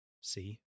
see